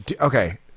Okay